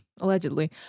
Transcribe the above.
allegedly